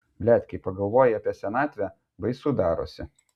blet kai pagalvoji apie senatvę baisu darosi